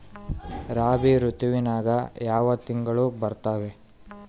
ರಾಬಿ ಋತುವಿನ್ಯಾಗ ಯಾವ ತಿಂಗಳು ಬರ್ತಾವೆ?